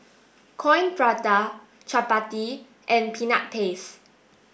Coin Prata Chappati and peanut paste